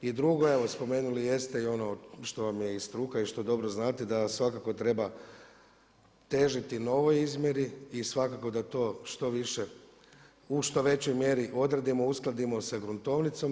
I drugo, evo spomenuli jeste i ono što vam je i struka i što dobro znate da svakako treba težiti novoj izmjeri i svakako da to što više u što većoj mjeri odredimo, uskladimo sa gruntovnicom.